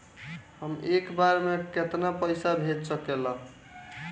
हम एक बार में केतना पैसा भेज सकिला?